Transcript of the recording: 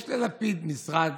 יש ללפיד משרד